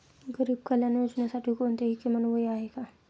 गरीब कल्याण योजनेसाठी कोणतेही किमान वय आहे का?